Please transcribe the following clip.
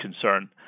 concern